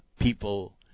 people